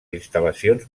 instal·lacions